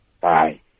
Bye